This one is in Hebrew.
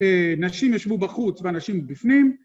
נשים יושבו בחוץ ואנשים בפנים.